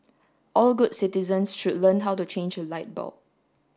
all good citizens should learn how to change a light bulb